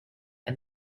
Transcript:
and